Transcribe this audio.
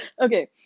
okay